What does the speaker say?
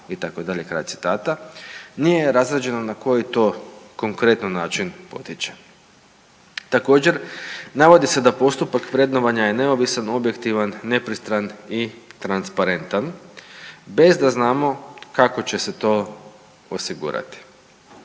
itd., kraj citata, nije razrađeno na koji to konkretno način potiče. Također navodi se da postupak vrednovanja je neovisan, objektivan, nepristran i transparentan bez da znamo kako će se to osigurati.